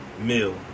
meal